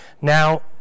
Now